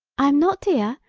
i am not dear,